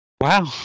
Wow